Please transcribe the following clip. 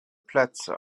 plätze